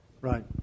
Right